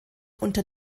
unter